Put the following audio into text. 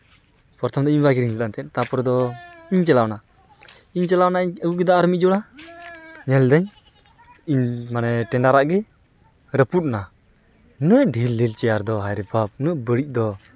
ᱯᱨᱚᱛᱷᱚᱢ ᱫᱚ ᱤᱧ ᱵᱟᱵᱟᱭ ᱠᱤᱨᱤᱧ ᱞᱮᱫᱟ ᱮᱱᱛᱮᱫ ᱛᱟᱨᱯᱚᱨᱮ ᱫᱚ ᱤᱧᱤᱧ ᱪᱟᱞᱟᱣᱮᱱᱟ ᱤᱧ ᱪᱟᱞᱟᱣᱱᱟ ᱟᱜᱩ ᱠᱮᱫᱟ ᱟᱨ ᱢᱤᱫ ᱡᱚᱲᱟ ᱧᱮᱞᱫᱟᱹᱧ ᱢᱟᱱᱮ ᱴᱮᱸᱰᱟᱨᱟᱜ ᱜᱮ ᱨᱟᱹᱯᱩᱫ ᱱᱟ ᱩᱱᱟᱹᱜ ᱰᱷᱤᱞᱼᱰᱷᱤᱞ ᱪᱮᱭᱟᱨ ᱫᱚ ᱦᱟᱭᱨᱮ ᱵᱟᱯ ᱩᱱᱟᱹᱜ ᱵᱟᱹᱲᱤᱡ ᱫᱚ